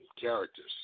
characters